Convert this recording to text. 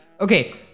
okay